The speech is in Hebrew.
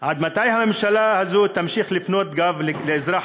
עד מתי הממשלה הזאת תמשיך להפנות גב לאזרח